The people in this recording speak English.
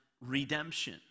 redemption